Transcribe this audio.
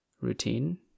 routine